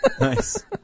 Nice